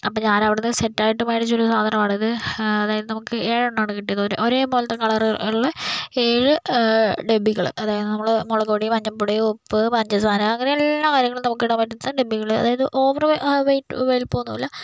അപ്പം ഞാൻ അവിടെ നിന്ന് സെറ്റ് ആയിട്ട് മേടിച്ചൊരു സാധനം ആണ് ഇത് അതായത് നമുക്ക് ഏഴെണ്ണം ആണ് കിട്ടിയത് ഒരേപോലത്തെ കളർ ഉള്ള ഏഴ് ഡപ്പികൾ അതായത് നമ്മൾ മുളക് പൊടി മഞ്ഞൾ പൊടി ഉപ്പ് പഞ്ചസാര അങ്ങനെ എല്ലാ കാര്യങ്ങളും നമുക്ക് ഇടാൻ പറ്റുന്ന ടാപ്പികൾ അതായത് ഓവർ വെയ് വലിപ്പം ഒന്നുമില്ല